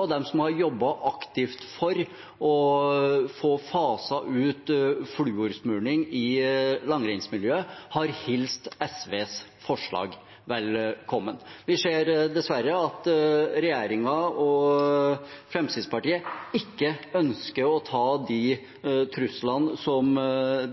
og de som har jobbet aktivt for å få faset ut fluorsmøring i langrennsmiljøet, har hilst SVs forslag velkommen. Vi ser dessverre at regjeringen og Fremskrittspartiet ikke ønsker å ta de truslene som